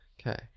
Okay